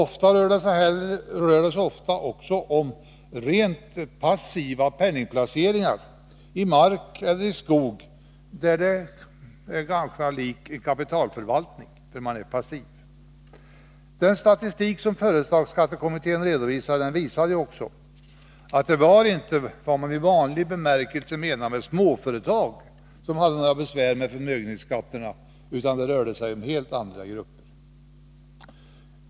Ofta rör det sig också om rent passiva penningplaceringar, i mark eller skog, som har ganska stor likhet med kapitalförvaltning. Av den statistik som företagsskattekommittén redovisade framgick också, att det inte var vad man i vanlig bemärkelse menar med småföretag som hade besvär med förmögenhetsskatterna, utan det rörde sig om andra grupper.